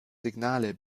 signale